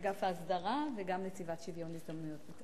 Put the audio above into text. אגף ההסדרה וגם נציבות שוויון הזדמנויות.